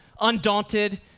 undaunted